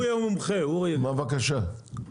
בבקשה.